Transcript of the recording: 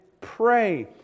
pray